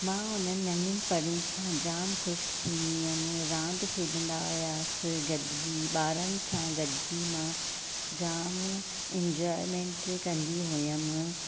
मां हुन ननियुनि परियुनि सां जाम ख़ुशि थींदी हुअमि रांदि खेॾंदा हुयास गॾिजी ॿारनि सां गॾिजी मां जाम एंजॉयमेंट कंदी हुअमि